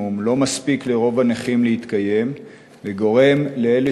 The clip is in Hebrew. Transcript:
לא מספיק לרוב הנכים להתקיים וגורם לאלה שאין